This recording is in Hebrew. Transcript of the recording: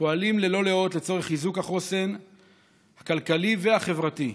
ללא לאות לצורך חיזוק החוסן הכלכלי והחברתי,